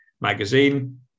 magazine